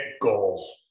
goals